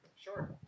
Sure